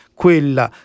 quella